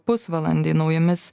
pusvalandį naujomis